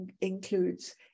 includes